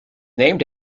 named